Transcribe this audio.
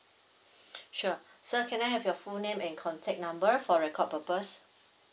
sure sir can I have your full name and contact number for record purpose